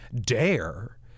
dare